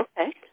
Okay